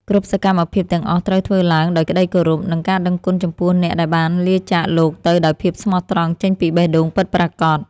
គ្រប់សកម្មភាពទាំងអស់ត្រូវធ្វើឡើងដោយក្តីគោរព និងការដឹងគុណចំពោះអ្នកដែលបានលាចាកលោកទៅដោយភាពស្មោះត្រង់ចេញពីបេះដូងពិតប្រាកដ។